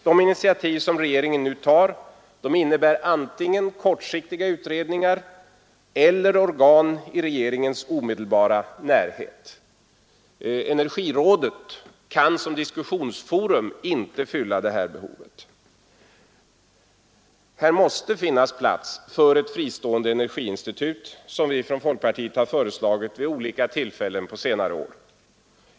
De initiativ som regeringen nu tar innebär antingen kortsiktiga utredningar eller organ i regeringens omedelbara närhet. Energirådet kan som diskussionsforum inte fylla det här behovet. Här måste finnas plats för ett fristående energiinstitut, som vi från folkpartiet föreslagit vid olika tillfällen under senare år.